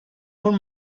von